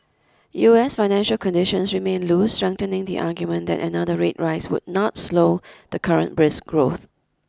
US financial conditions remain loose strengthening the argument that another rate rise would not slow the current brisk growth